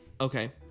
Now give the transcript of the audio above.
Okay